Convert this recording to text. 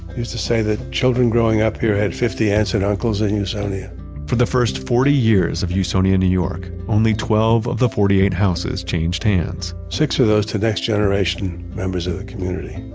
used to say that children growing up here had fifty aunts and uncles in usonia for the first forty years of usonia, new york, only twelve of the forty eight houses changed hands six of those to next-generation members of the community.